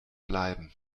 bleiben